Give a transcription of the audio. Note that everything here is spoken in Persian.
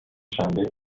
شنبه